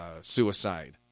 suicide